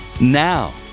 Now